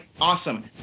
Awesome